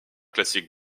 classiques